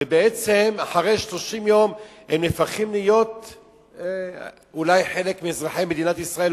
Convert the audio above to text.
ובעצם אחרי 30 יום הם נהפכים להיות אולי חלק מאזרחי מדינת ישראל,